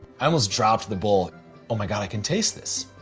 i almost dropped the bowl oh my god, i can taste this!